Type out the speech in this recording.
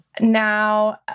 now